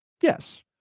Yes